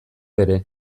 ere